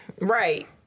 right